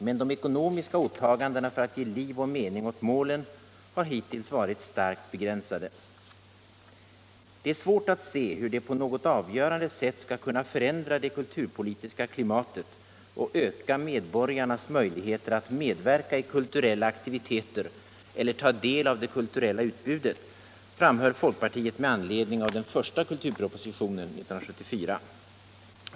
Men de ekonomiska åtagandena för att ge liv och mening åt målen har hittills varit starkt begränsade. ”Det är svårt att se hur de på något avgörande sätt skall Kunna förändra det kulturpolitiska klimatet och öka medborgarnas möjligheter att medverka I kulturella aktiviteter eller ta del av det kulturella utbudet”, framhöll folkpartiet med anledning av den första ”kulturpropositionen” 1974.